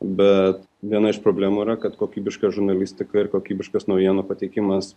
bet viena iš problemų yra kad kokybiška žurnalistika ir kokybiškas naujienų pateikimas